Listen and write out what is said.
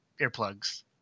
earplugs